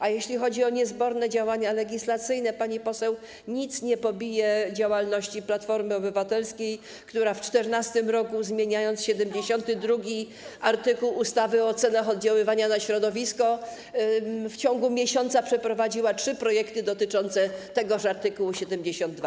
A jeśli chodzi o niezborne działania legislacyjne, pani poseł, nic nie pobije działalności Platformy Obywatelskiej, która w 2014 r., zmieniając art. 72 ustawy o ocenach oddziaływania na środowisko, w ciągu miesiąca przeprowadziła trzy projekty dotyczące tegoż art. 72.